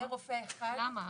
שיהיה רופא אחד -- למה?